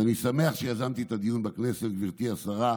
אז אני שמח שיזמתי את הדיון בכנסת, גברתי השרה,